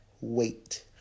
wait